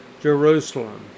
Jerusalem